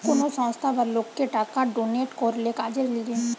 কোন সংস্থা বা লোককে টাকা ডোনেট করলে কাজের লিগে